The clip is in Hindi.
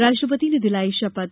राष्ट्रपति ने दिलाई शपथ